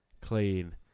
clean